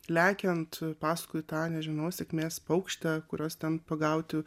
lekiant paskui tą nežinau sėkmės paukštę kurios ten pagauti